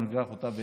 אנחנו ניקח אותה.